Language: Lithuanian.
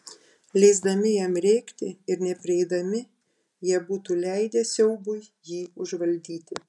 leisdami jam rėkti ir neprieidami jie būtų leidę siaubui jį užvaldyti